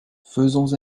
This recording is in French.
faisons